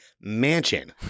mansion